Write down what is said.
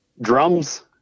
Drums